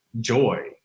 joy